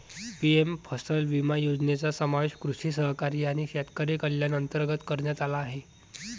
PM फसल विमा योजनेचा समावेश कृषी सहकारी आणि शेतकरी कल्याण अंतर्गत करण्यात आला आहे